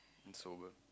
and sober